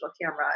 camera